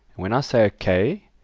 when i say ok,